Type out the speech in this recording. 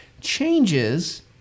changes